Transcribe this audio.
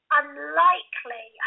unlikely